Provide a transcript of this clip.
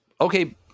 okay